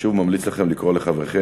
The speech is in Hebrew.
אני שוב ממליץ לכם לקרוא לחבריכם,